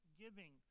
giving